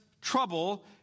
trouble